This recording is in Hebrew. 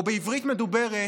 או בעברית מדוברת: